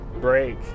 break